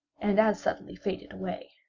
and as suddenly faded away.